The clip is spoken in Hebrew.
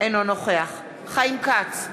אינו נוכח חיים כץ,